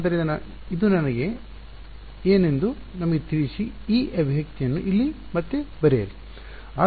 ಆದ್ದರಿಂದ ಇದು ಏನು ಎಂದು ನಮಗೆ ತಿಳಿಸಿ ಈ ಅಭಿವ್ಯಕ್ತಿಯನ್ನು ಇಲ್ಲಿ ಮತ್ತೆ ಬರೆಯಿರಿ